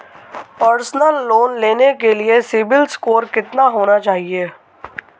Personal loan लेने के लिए सिबिल स्कोर कितना होना चाहिए?